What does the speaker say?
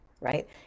right